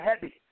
heavy